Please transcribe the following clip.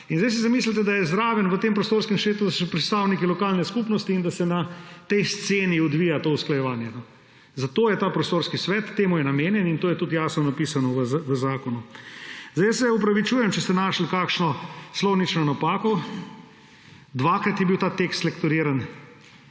In zdaj si zamislite, da so zraven v tem prostorskem svetu še predstavniki lokalne skupnosti in da se na tej sceni odvija to usklajevanje. Zato je ta prostorski svet temu namenjen in to je tudi jasno napisano v zakonu. Jaz se opravičujem, če ste našli kakšno slovnično napako. Dvakrat je bil ta tekst lektoriran,